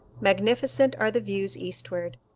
magnificent are the views eastward,